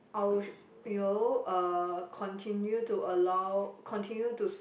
our you know uh continue to allow continue to